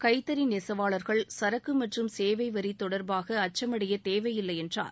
கைத்தறி நெசவாளர்கள் சரக்கு மற்றும் சேவை வரி தொடர்பாக அச்சம் அடையத் தேவையில்லை என்றார்